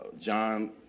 John